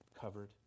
Covered